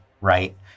right